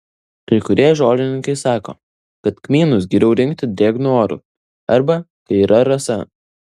kai kurie žolininkai sako kad kmynus geriau rinkti drėgnu oru arba kai yra rasa